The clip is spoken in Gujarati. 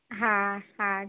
હા હા